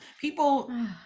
people